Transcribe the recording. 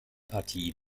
partie